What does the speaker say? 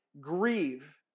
grieve